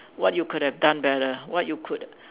what you could have done better what you could